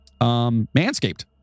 Manscaped